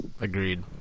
agreed